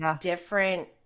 different